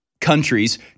countries